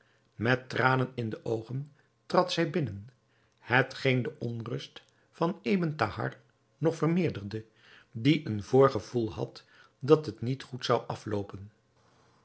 met tranen in de oogen trad zij binnen hetgeen de onrust van ebn thahar nog vermeerderde die een voorgevoel had dat het niet goed zou afloopen